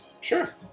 Sure